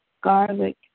garlic